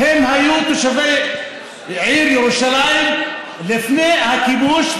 אנשים אשר היו תושבי העיר ירושלים לפני הכיבוש,